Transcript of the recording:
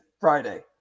Friday